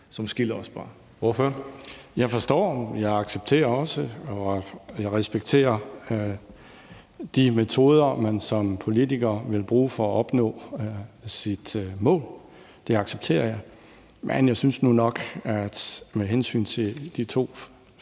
Alex Ahrendtsen (DF): Jeg forstår, jeg accepterer, og jeg respekterer også de metoder, man som politiker vil bruge for at opnå sit mål. Det accepterer jeg. Men jeg tror nu nok godt, man med hensyn til de to